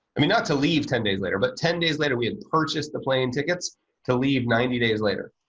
i mean, not to leave ten days later, but ten days later we had purchased the plane tickets to leave ninety days later.